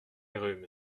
rhume